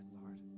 Lord